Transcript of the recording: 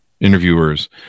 interviewers